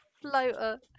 floater